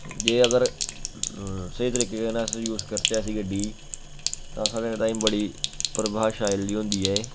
जे अगर स्हेई तरीके कन्नै अस यूज करचै इसी गड्डी गी तां साढ़े ताईं बड़ी प्रभावशाली होंदी ऐ एह्